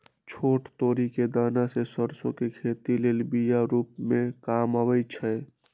छोट तोरि कें दना से सरसो के खेती लेल बिया रूपे काम अबइ छै